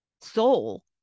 soul